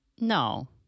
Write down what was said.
No